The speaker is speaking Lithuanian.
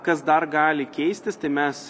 kas dar gali keistis tai mes